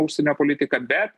užsienio politiką be